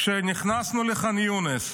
כשנכנסנו לח'אן יונס,